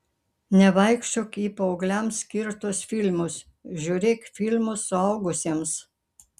nevaikščiok į paaugliams skirtus filmus žiūrėk filmus suaugusiems